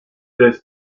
this